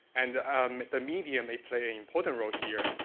and um the media may play an important role, here,